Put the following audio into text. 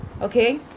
okay